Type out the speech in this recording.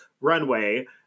runway